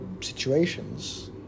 situations